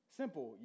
simple